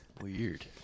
Weird